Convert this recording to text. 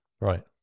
Right